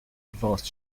divorced